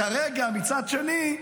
כרגע, מצד שני,